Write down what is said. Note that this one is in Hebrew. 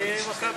אני "מכבי".